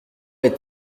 est